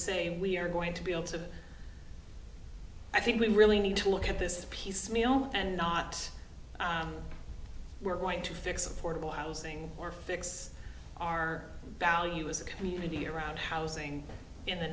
say we are going to be able to i think we really need to look at this piecemeal and not we're going to fix a portable housing or fix our value as a community around housing in the